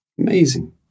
Amazing